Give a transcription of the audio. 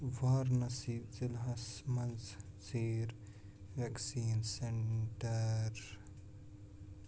وارنٔسی ضلہَس مَنٛز ژیر ویکسیٖن سینٹر